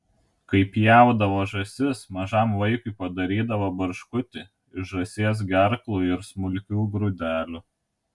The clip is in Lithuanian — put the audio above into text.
kai pjaudavo žąsis mažam vaikui padarydavo barškutį iš žąsies gerklų ir smulkių grūdelių